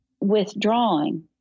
withdrawing